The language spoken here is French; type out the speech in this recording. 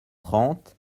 trente